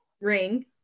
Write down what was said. ring